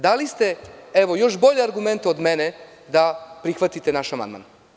Dali ste još bolje argumente od mene da prihvatite naš amandman.